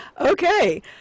Okay